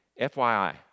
FYI